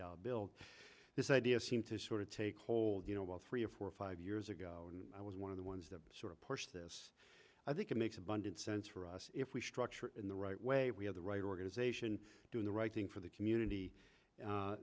dollars bill this idea seemed to sort of take hold you know while three or four or five years ago i was one of the ones that sort of pushed this i think it makes abundant sense for us if we structure in the right way we have the right organization doing the right thing for the community